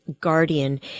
guardian